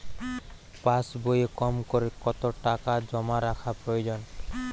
পাশবইয়ে কমকরে কত টাকা জমা রাখা প্রয়োজন?